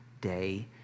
day